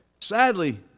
sadly